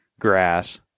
Grass